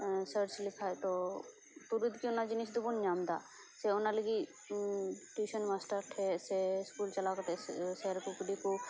search ᱞᱮᱠᱷᱟᱱ ᱫᱚ ᱛᱩᱨᱟᱹᱛ ᱜᱮ ᱚᱱᱟ ᱡᱤᱱᱤᱥ ᱫᱚᱵᱚ ᱧᱟᱢ ᱮᱫᱟ ᱥᱮ ᱚᱱᱟ ᱞᱟᱹᱜᱤᱫ ᱴᱤᱭᱩᱥᱮᱱ ᱢᱟᱥᱴᱟᱨ ᱴᱷᱮᱱ ᱥᱮ ᱥᱠᱩᱞ ᱪᱟᱞᱟᱣ ᱠᱟᱛᱮ ᱥᱮᱨ ᱠᱚ ᱠᱩᱞᱤ ᱠᱚ